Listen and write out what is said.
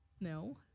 No